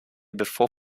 before